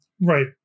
Right